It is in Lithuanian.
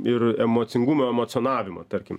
ir emocingumo emocionavimo tarkim